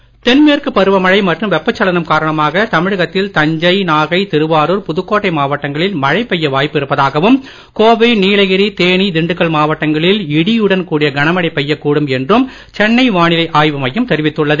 வானிலை தென்மேற்கு பருவ மழை மற்றும் வெப்பச் சலனம் காரணமாக தமிழகத்தில் தஞ்சை நாகை திருவாருர் புதுக்கோட்டை மாவட்டங்களில் மழை பெய்ய வாய்ப்பு இருப்பதாகவும் கோவை நீலகரி தேனி திண்டுக்கல் மாவட்டங்களில் இடியுடன் கூடிய கனமழை பெய்யக் கூடும் என்றும் சென்னை வானிலை ஆய்வு மையம் தெரிவித்துள்ளது